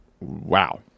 wow